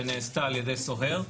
שנעשתה על ידי סוהר,